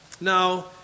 Now